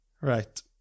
Right